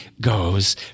goes